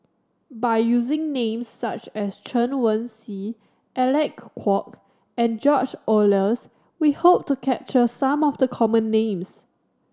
by using names such as Chen Wen Hsi Alec Kuok and George Oehlers we hope to capture some of the common names